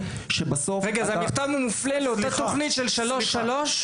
האם המכתב מופנה לאותה לתוכנית של שלוש-שלוש?